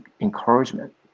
encouragement